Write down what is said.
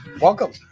Welcome